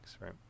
right